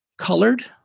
colored